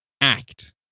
act